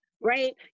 right